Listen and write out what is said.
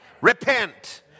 Repent